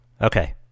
Okay